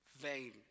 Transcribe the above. Vain